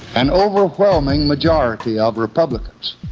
an overwhelming majority of republicans